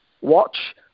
watch